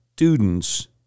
students